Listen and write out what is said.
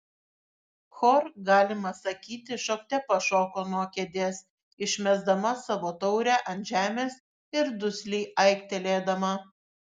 hor galima sakyti šokte pašoko nuo kėdės išmesdama savo taurę ant žemės ir dusliai aiktelėdama